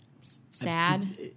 sad